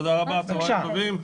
תודה רבה, צוהריים טובים.